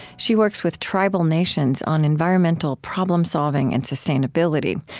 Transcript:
she works with tribal nations on environmental problem-solving and sustainability.